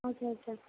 আচ্ছা আচ্ছা